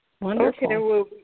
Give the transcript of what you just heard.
Wonderful